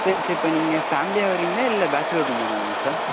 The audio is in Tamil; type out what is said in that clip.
சரி சரி இப்போ நீங்கள் ஃபேமிலியாக வர்றிங்களா இல்லை பேச்சிலர் ரூம் வேணுங்களா சார்